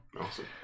Awesome